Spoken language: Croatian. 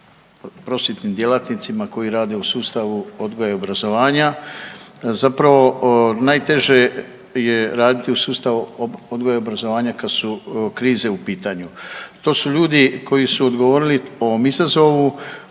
prosvjetnim djelatnicima koji rade u sustavu odgoja i obrazovanja. Zapravo najteže je raditi u sustavu odgoja i obrazovanja kad su krize u pitanju. To su ljudi koji su odgovorili ovom izazovu.